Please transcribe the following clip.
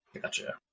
Gotcha